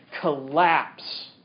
collapse